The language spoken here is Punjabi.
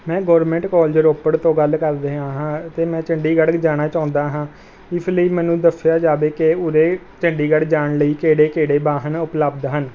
ਮੈਂ ਗੌਰਮਿੰਟ ਕਾਲਜ ਰੋਪੜ ਤੋਂ ਗੱਲ ਕਰ ਰਿਹਾਂ ਹਾਂ ਅਤੇ ਮੈਂ ਚੰਡੀਗੜ੍ਹ ਜਾਣਾ ਚਾਹੁੰਦਾ ਹਾਂ ਇਸ ਲਈ ਮੈਨੂੰ ਦੱਸਿਆ ਜਾਵੇ ਕਿ ਉਰੇ ਚੰਡੀਗੜ੍ਹ ਜਾਣ ਲਈ ਕਿਹੜੇ ਕਿਹੜੇ ਵਾਹਨ ਉਪਲਬਧ ਹਨ